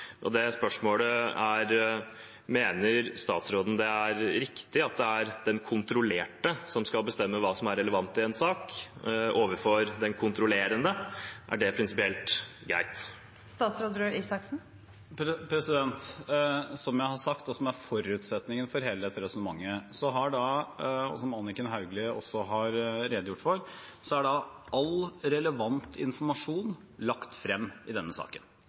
Det spørsmålet er: Mener statsråden det er riktig at det er den kontrollerte som skal bestemme hva som er relevant i en sak, overfor den kontrollerende? Er det prinsipielt greit? Som jeg har sagt, og som er forutsetningen for hele dette resonnementet – som også Anniken Hauglie har redegjort for: All relevant informasjon er lagt frem i denne saken.